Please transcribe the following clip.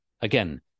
Again